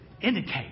indicate